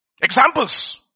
Examples